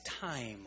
time